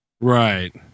Right